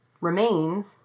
remains